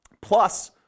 plus